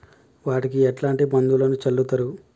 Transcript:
వాటికి ఎట్లాంటి మందులను చల్లుతరు?